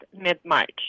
mid-March